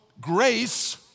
grace